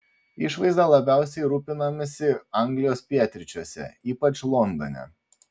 išvaizda labiausiai rūpinamasi anglijos pietryčiuose ypač londone